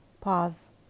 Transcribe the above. Pause